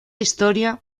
historia